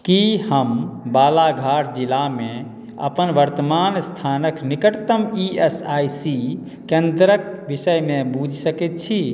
की हम बालाघाट जिलामे अपन वर्तमान स्थानक निकटतम ई एस आइ सी केंद्रक विषयमे बूझि सकैत छी